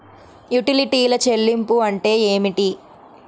యుటిలిటీల చెల్లింపు అంటే ఏమిటి?